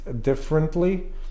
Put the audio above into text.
differently